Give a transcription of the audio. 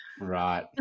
Right